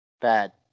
Bad